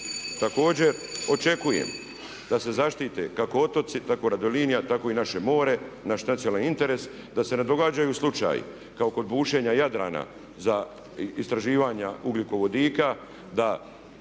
Također očekujem da se zaštite kako otoci tako i Jadrolinija, tako i naše more, naš nacionalni interes da se ne događaju slučaji kao kod bušenja Jadrana za istraživanja ugljikovodika da